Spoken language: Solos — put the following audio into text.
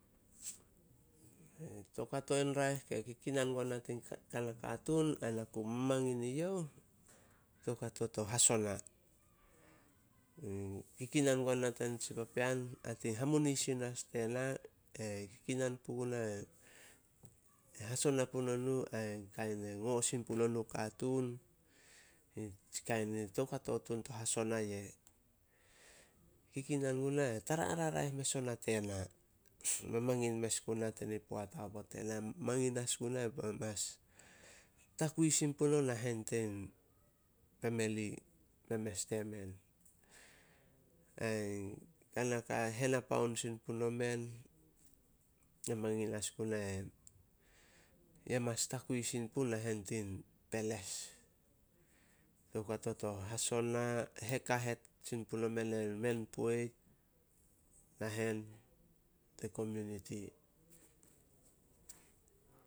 Toukato in raeh ke kikinan guana tin ka- kana katuun ai na ku mamangin i youh, toukato to hasona. Kikinan guana tanitsi papean a tin hamunisin as tena. E kinan puguna e hasona punonuh ain kain e ngo sin punonuh o katuun. Toukato tun to hasona ye kikinan guna ai tara haraeh ona tena. Mamangin mes guna tini poat aobot mangin as guna mas takui sin punouh nahen tin pemeli memes temen. Ai ka naka henapaon sin puno men. Ye mangin as guna ye mas takui sin puh nahen peles. Toukato to hasona, hekahet sin punomen, emen poit nahen tin kominiti.